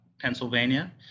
Pennsylvania